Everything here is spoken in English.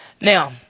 Now